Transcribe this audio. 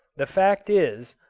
the fact is,